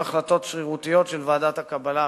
החלטות שרירותיות של ועדת הקבלה המקומית,